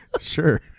sure